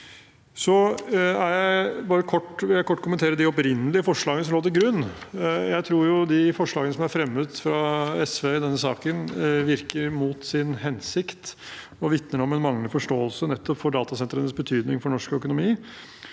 jeg bare kort kommentere det opprinnelige forslaget som lå til grunn. Jeg tror de forslagene som er fremmet av SV i denne saken, virker mot sin hensikt og vitner om en manglende forståelse nettopp for datasentrenes betydning for norsk økonomi.